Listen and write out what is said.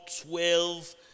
twelve